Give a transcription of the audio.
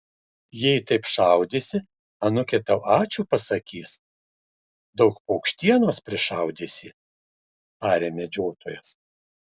jei taip šaudysi anūkė tau ačiū pasakys daug paukštienos prišaudysi tarė medžiotojas